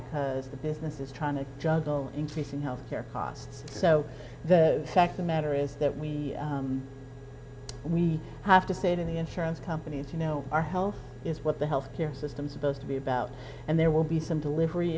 because the business is trying to juggle increasing health care costs so the fact the matter is that we we have to say to the insurance companies you know our health is what the health care system supposed to be about and there will be some delivery